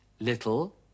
Little